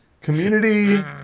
community